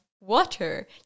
water